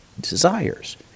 desires